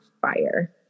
fire